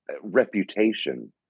reputation